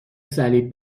صلیب